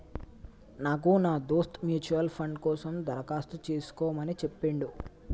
నాకు నా దోస్త్ మ్యూచువల్ ఫండ్ కోసం దరఖాస్తు చేసుకోమని చెప్పిండు